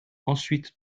ensuite